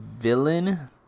villain